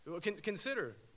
Consider